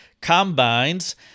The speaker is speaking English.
combines